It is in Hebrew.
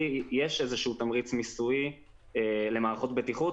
יש איזשהו תמריץ מיסויי למערכות בטיחות,